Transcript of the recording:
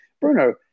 Bruno